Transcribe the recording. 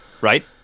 Right